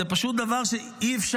זה פשוט דבר שאי-אפשר,